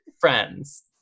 friends